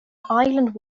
island